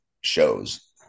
shows